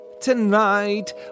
tonight